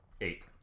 Eight